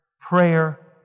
prayer